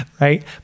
right